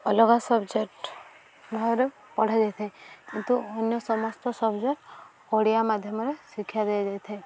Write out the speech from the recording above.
ଅଲଗା ସବଜେକ୍ଟ ଭାବରେ ପଢ଼ାଯାଇ ଥାଏ କିନ୍ତୁ ଅନ୍ୟ ସମସ୍ତ ସବଜେକ୍ଟ ଓଡ଼ିଆ ମାଧ୍ୟମରେ ଶିକ୍ଷା ଦିଆଯାଇ ଥାଏ